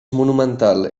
monumental